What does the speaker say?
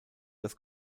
das